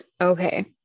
Okay